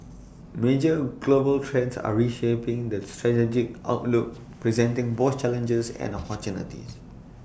major global trends are reshaping the strategic outlook presenting both challenges and opportunities